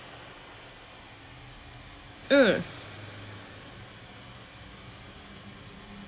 mm